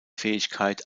fähigkeit